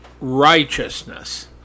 Righteousness